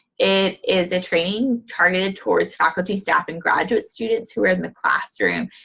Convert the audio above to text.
it is a training targeted towards faculty, staff, and graduate students who are in the classroom.